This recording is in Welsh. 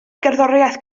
gerddoriaeth